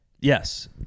Yes